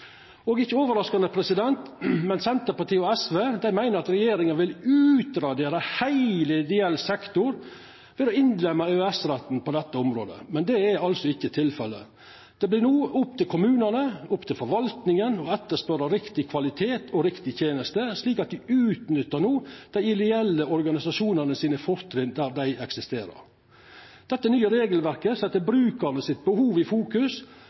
Det er ikkje overraskande at Senterpartiet og SV meiner at regjeringa vil utradera heile ideell sektor ved å innlemma EØS-retten på dette området. Det er ikkje tilfellet. Det vert no opp til kommunane og forvaltninga å etterspørja riktig kvalitet og riktig tenest, slik at ein utnyttar dei ideelle organisasjonane sine fortrinn der dei eksisterer. Dette nye regelverket set brukarane sitt behov i fokus,